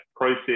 process